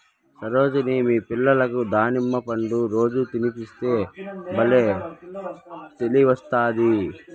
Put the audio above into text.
సరోజిని మీ పిల్లలకి దానిమ్మ పండ్లు రోజూ తినిపిస్తే బల్లే తెలివొస్తాది